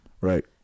right